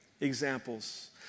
examples